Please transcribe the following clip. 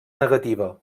negativa